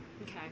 Okay